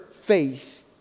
faith